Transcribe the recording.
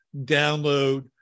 download